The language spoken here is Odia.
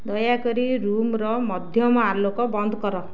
ଦୟାକରି ରୁମ୍ର ମଧ୍ୟମ ଆଲୋକ ବନ୍ଦ କର